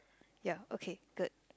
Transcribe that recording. ya okay good